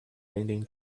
raining